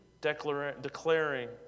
declaring